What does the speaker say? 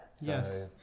Yes